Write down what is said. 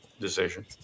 decision